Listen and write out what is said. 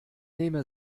nehme